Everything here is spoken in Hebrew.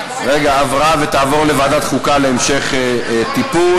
ותועבר לוועדת החוקה להמשך טיפול.